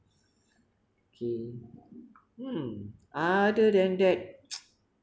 okay hmm other than that